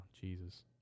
Jesus